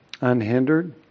unhindered